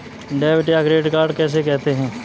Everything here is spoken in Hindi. डेबिट या क्रेडिट कार्ड किसे कहते हैं?